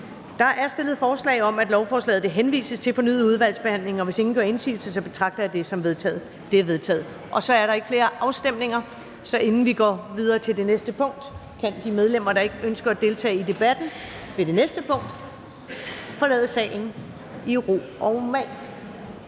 Der er stillet forslag om, at lovforslaget henvises til fornyet udvalgsbehandling, og hvis ingen gør indsigelse, betragter jeg det som vedtaget. Det er vedtaget. Så er der ikke flere afstemninger, og inden vi går videre til det næste punkt, kan de medlemmer, der ikke ønsker at deltage i debatten ved det næste punkt, forlade salen i ro og mag.